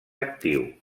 actiu